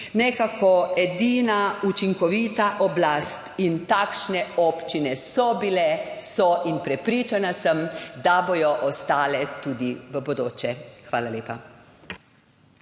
nekako edina učinkovita oblast. Takšne občine so bile, so in prepričana sem, da bodo ostale tudi v bodoče. Hvala lepa.